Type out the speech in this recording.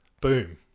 boom